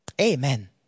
Amen